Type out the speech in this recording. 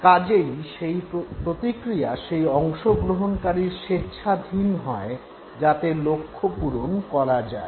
কাজেই প্রতিক্রিয়া সেই অংশগ্রহনকারীর স্বেচ্ছাধীন হয় যাতে লক্ষ্য পূরণ করা যায়